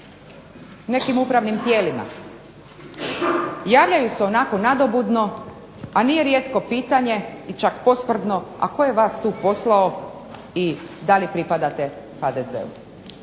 nekim upravnim tijelima, javljaju se onako nadobudno a nije rijetko pitanje i čak posprdno, a tko je vas tu poslao i dali pripadate HDZ-u.